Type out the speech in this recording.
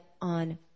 on